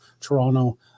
Toronto